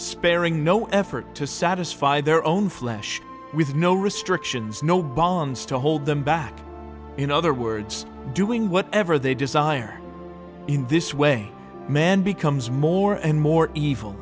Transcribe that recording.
sparing no effort to satisfy their own flesh with no restrictions no bonds to hold them back in other words doing whatever they desire in this way man becomes more and more evil